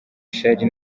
charly